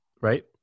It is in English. right